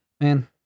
Man